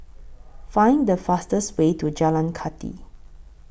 Find The fastest Way to Jalan Kathi